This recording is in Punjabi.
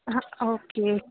ਹਾਂ ਓਕੇ